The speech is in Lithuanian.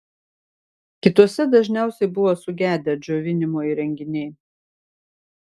kituose dažniausiai buvo sugedę džiovinimo įrenginiai